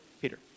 Peter